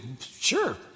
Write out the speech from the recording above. Sure